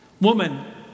Woman